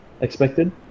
expected